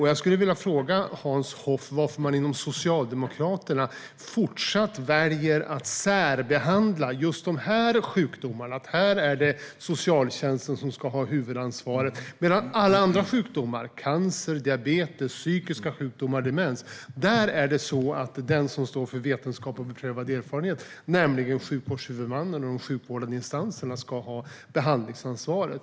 Jag vill fråga Hans Hoff varför man inom Socialdemokraterna fortsatt väljer att särbehandla just dessa sjukdomar och säger att socialtjänsten här ska ha huvudansvaret medan vid alla andra sjukdomar, såsom cancer, diabetes, psykiska sjukdomar och demens, ska den som står för vetenskap och beprövad erfarenhet, nämligen sjukvårdshuvudmannen och de sjukvårdande instanserna, ha behandlingsansvaret.